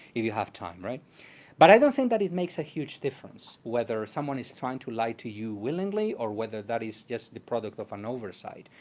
if you have time. but i don't think that it makes a huge difference, whether someone is trying to lie to you willingly, or whether that is just the product of an oversight.